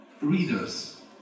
readers